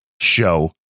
show